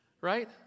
right